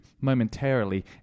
momentarily